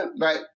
Right